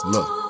Look